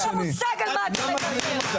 אין לך מושג על מה אתה מדבר.